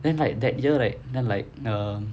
then like that year right then like um